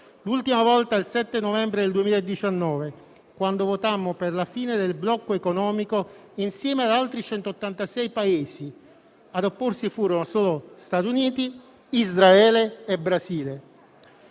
(l'ultima volta, il 7 novembre del 2019, quando votammo per la fine del blocco economico insieme ad altri 186 Paesi; ad opporsi furono solo Stati Uniti, Israele e Brasile).